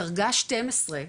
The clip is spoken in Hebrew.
דרגה 12,